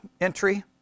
entry